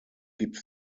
gibt